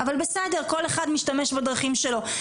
אבל בסדר, כל אחד משתמש בדרכים שלו.